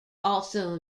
also